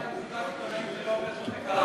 זה שזה היה במסיבת עיתונאים זה לא אומר שזה קרה.